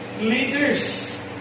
leaders